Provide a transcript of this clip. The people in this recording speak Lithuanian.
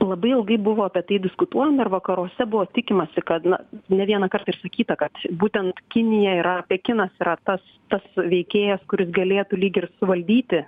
labai ilgai buvo apie tai diskutuojama ir vakaruose buvo tikimasi kad na ne vieną kartą ir sakyta kad būtent kinija yra pekinas yra tas tas veikėjas kuris galėtų lyg ir suvaldyti